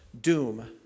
doom